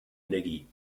energie